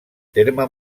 terme